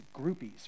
groupies